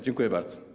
Dziękuję bardzo.